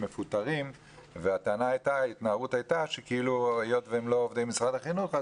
מפוטרים והטענה הייתה שכאילו היות והם לא עובדי משרד החינוך,